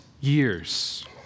years